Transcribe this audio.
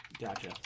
Gotcha